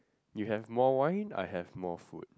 you have more wine I have more food